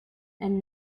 and